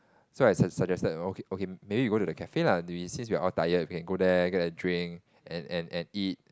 so I su~ suggested o~ okay maybe we go to the cafe lah we since we are all tired can go there get a drink and and and eat